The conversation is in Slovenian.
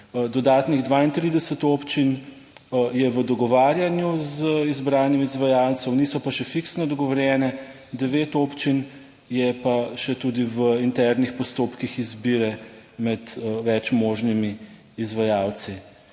Dodatnih 32 občin je v dogovarjanju z izbranim izvajalcem, niso pa še fiksno dogovorjene, devet občin je pa še tudi v internih postopkih izbire med več možnimi izvajalci.